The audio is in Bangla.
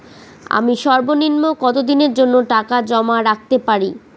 আমি সর্বনিম্ন কতদিনের জন্য টাকা জমা রাখতে পারি?